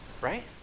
Right